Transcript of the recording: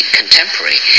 contemporary